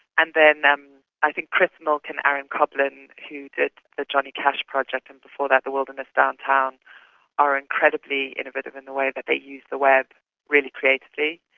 and then then i think chris milk and aaron koblin who did the johnny cash project and before that the wilderness downtown are incredibly innovative in the way that they use the web really creatively.